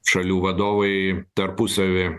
šalių vadovai tarpusavy